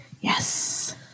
Yes